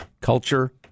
Culture